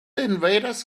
invaders